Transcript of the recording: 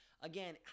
again